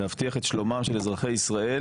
להבטיח את שלומם של אזרחי ישראל